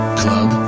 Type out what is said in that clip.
club